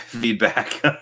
feedback